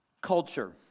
Culture